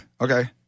Okay